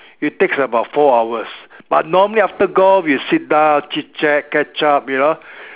it takes about four hours but normally after golf you sit down chit-chat catch up you know